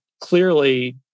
clearly